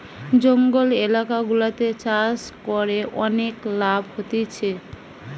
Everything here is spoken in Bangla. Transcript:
জঙ্গল এলাকা গুলাতে চাষ করে অনেক লাভ হতিছে